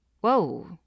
Whoa